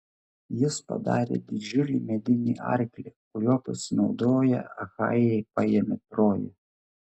jis padarė didžiulį medinį arklį kuriuo pasinaudoję achajai paėmė troją